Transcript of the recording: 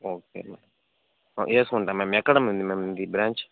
okay madam వేసుకుంటాం madam ఎక్కడ ఉంది మేడం మీది బ్రాంచ్